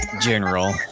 General